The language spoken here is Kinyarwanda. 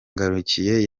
ngarukiye